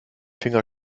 finger